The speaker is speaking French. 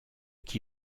qui